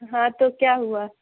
ہاں تو کیا ہوا